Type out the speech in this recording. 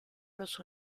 los